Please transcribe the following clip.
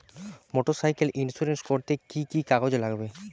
Motorcycle insurance করতে কি কি কাগজ লাগবে?